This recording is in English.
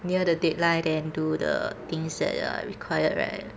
near the deadline then do the things that are required right